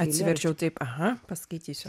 atsiverčiau taip aha paskaitysiu